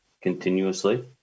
continuously